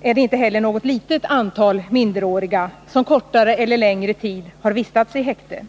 är det inte heller något litet antal minderåriga som kortare eller längre tid har vistats i häkte.